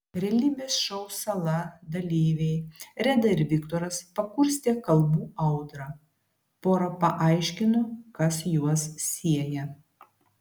realybės šou sala dalyviai reda ir viktoras pakurstė kalbų audrą pora paaiškino kas juos sieja